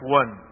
one